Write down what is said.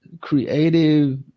creative